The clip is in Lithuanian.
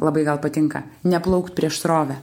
labai gal patinka ne plauk prieš srovę